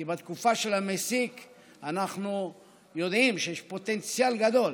כי אנחנו יודעים שבתקופה של המסיק יש פוטנציאל גדול